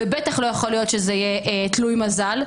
ובטח לא יכול להיות שזה יהיה תלוי מזל.